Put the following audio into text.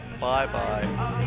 Bye-bye